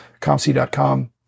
ComC.com